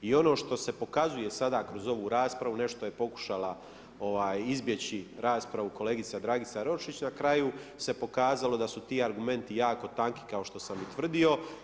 I ono što se pokazuje sada kroz ovu raspravu, nešto je pokušala izbjeći raspravu kolegica Dragica Roščić, na kraju se pokazalo da su ti argumenti jako tanki kao što sam i tvrdio.